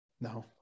no